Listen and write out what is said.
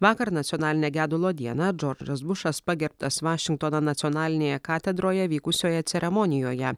vakar nacionalinę gedulo dieną džordžas bušas pagerbtas vašingtono nacionalinėje katedroje vykusioje ceremonijoje